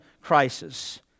crisis